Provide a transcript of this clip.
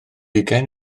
ugain